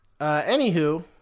Anywho